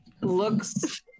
looks